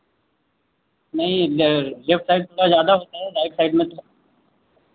नहीं left side में थोड़ा ज़्यादा होता है राइट साइड में थोड़ा